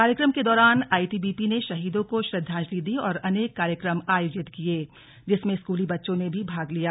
कार्यक्रम के दौरान आईटीबीपी ने शहीदों को श्रद्वांजलि दी और अनेक कार्यक्रम आयोजित किए जिसमें स्कूली बच्चों ने भी भाग लिया